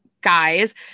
guys